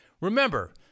Remember